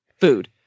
food